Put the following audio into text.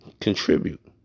Contribute